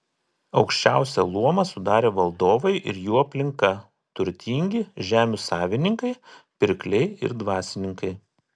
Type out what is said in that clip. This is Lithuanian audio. aukščiausią luomą sudarė valdovai ir jų aplinka turtingi žemių savininkai pirkliai ir dvasininkai